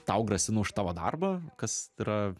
tau grasina už tavo darbą kas yra